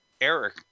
Eric